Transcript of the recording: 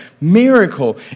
miracle